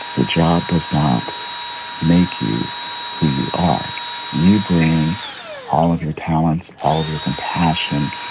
the job does not make you who you are you bring all of your talents, all of your compassion,